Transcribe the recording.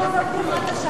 נו, זו בדיחת